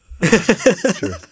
True